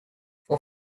for